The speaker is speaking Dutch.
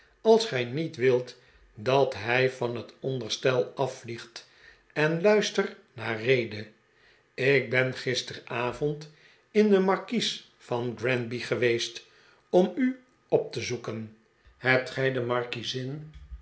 als gij niet wilt dat hij van het onderstel afvliegt en luister naar rede ik ben gisteravond in de markies van granby geweest om u op te zoeken hebt gij de markiezin